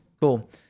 Cool